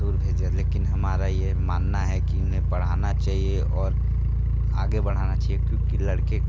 दूर भेजें लेकिन हमारा यह मानना है कि उन्हें पढ़ना चाहिए और आगे बढ़ाना चाहिए क्योंकि लड़के